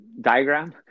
diagram